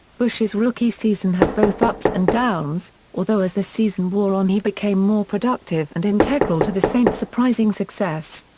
bush's rookie season had both ups and downs, although as the season wore on he became more productive and integral to the saints' surprising success.